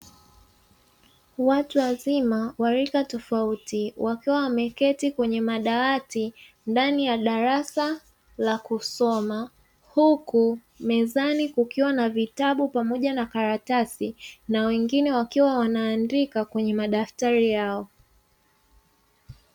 Watu wazima wa rika tofauti wakiwa wameketi kwenye madawati ndani ya darasa la kusoma, huku mezani kukiwa na vitabu pamoja na karatasi na wengine wakiwa wanaandika kwenye madaftari yao.